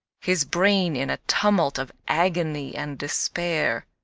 his brain in a tumult of agony and despair.